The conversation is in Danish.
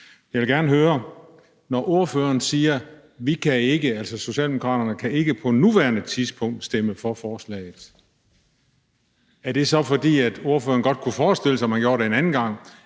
Jeg vil gerne høre: Når ordføreren siger, at Socialdemokraterne ikke på nuværende tidspunkt kan stemme for forslaget, er det så, fordi ordføreren godt kunne forestille sig, at man gjorde det en anden gang?